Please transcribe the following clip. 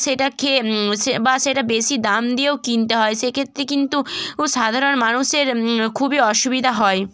সেটা খেয়ে সে বা সেটা বেশি দাম দিয়েও কিনতে হয় সেক্ষেত্রে কিন্তু সাধারণ মানুষের খুবই অসুবিধা হয়